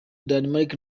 danemark